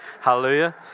hallelujah